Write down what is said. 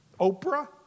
Oprah